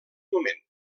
moment